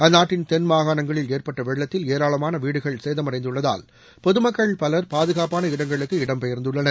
அந்நாட்டின் தென்மாகாணங்களில் ஏற்பட்ட வெள்ளத்தில் ஏராளமான வீடுகள் சேதமடைந்துள்ளதால் பொது மக்கள் பலர் பாதுகாப்பான இடங்களுக்கு இடம்பெயர்ந்துள்ளனர்